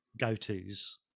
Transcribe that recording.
go-to's